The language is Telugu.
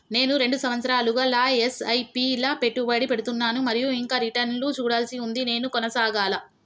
నేను రెండు సంవత్సరాలుగా ల ఎస్.ఐ.పి లా పెట్టుబడి పెడుతున్నాను మరియు ఇంకా రిటర్న్ లు చూడాల్సి ఉంది నేను కొనసాగాలా?